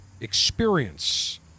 experience